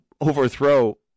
overthrow